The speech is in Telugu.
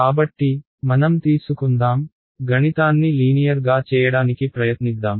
కాబట్టి మనం తీసుకుందాం గణితాన్ని లీనియర్ గా చేయడానికి ప్రయత్నిద్దాం